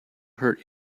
hurt